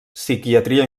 psiquiatria